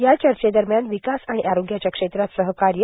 या चर्चेदरम्यान विकास आणि आरोग्याच्या क्षेत्रात सहकार्य